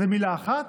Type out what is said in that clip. זאת מילה אחת?